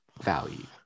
value